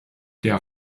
der